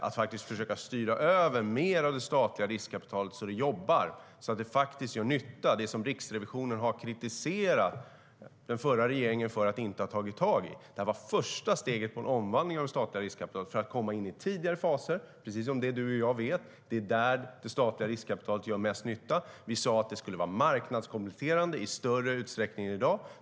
Det här var första steget på en omvandling av det statliga riskkapitalet för att komma in i tidigare faser, att faktiskt försöka styra över mer av det statliga riskkapitalet så att det jobbar och gör nytta - det som Riksrevisionen har kritiserat den förra regeringen för att inte ha tagit tag i.Precis som Penilla Gunther och jag vet är det där det statliga riskkapitalet gör mest nytta. Vi sa att det skulle vara marknadskompletterande i större utsträckning än i dag.